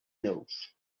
nose